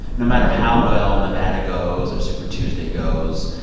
no matter how well nevada goes or super tuesday goes,